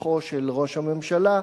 שליחו של ראש הממשלה,